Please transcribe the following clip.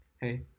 Hey